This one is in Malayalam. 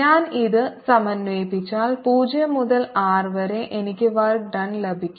ഞാൻ ഇത് സമന്വയിപ്പിച്ചാൽ 0 മുതൽ R വരെ എനിക്ക് വർക്ക് ഡൺ ലഭിക്കും